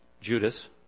Judas